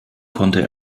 konnte